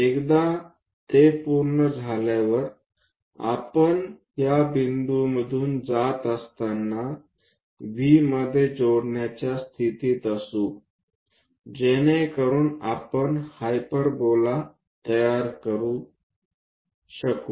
एकदा ते पूर्ण झाल्यावर आपण या बिंदूमधून जात असताना V मध्ये जोडण्याचा स्थितीत असू जेणेकरुन आपण हाइपरबोला तयार करू शकू